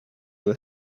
will